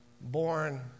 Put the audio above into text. Born